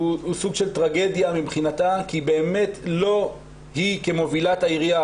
סוג של טרגדיה מבחינתה כי באמת לא היא כמובילת העירייה